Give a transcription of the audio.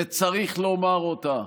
וצריך לומר אותה.